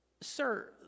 Sir